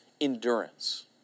endurance